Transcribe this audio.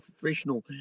professional